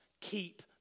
keep